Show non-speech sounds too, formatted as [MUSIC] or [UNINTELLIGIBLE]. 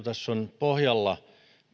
[UNINTELLIGIBLE] tässä on tietenkin pohjalla